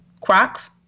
Crocs